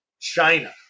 China